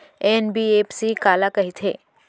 NBFC काला कहिथे?